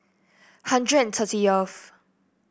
hundred and thirty of